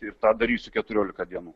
ir tą darysiu keturiolika dienų